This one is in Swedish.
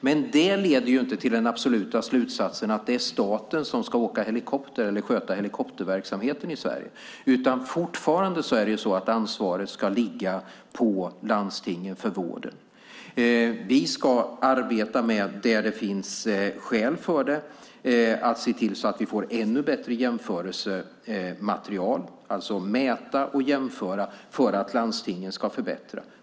Med det leder inte till den absoluta slutsatsen att det är staten som ska sköta helikopterverksamheten i Sverige, utan ansvaret för vården ska fortfarande ligga på landstingen. Vi ska där det finns skäl för det arbeta med att se till att få ännu bättre jämförelsematerial, alltså mäta och jämföra för att landstingen ska förbättra.